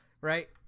right